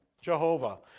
Jehovah